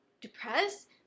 depressed